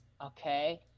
Okay